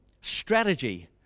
strategy